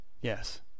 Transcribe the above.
Yes